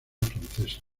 francesa